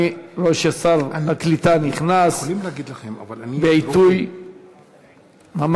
אני רואה ששר הקליטה נכנס בעיתוי ממש